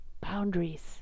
Boundaries